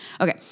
Okay